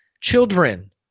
children